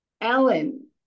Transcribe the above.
Ellen